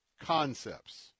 concepts